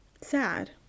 sad